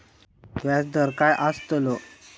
व्याज दर काय आस्तलो?